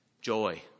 joy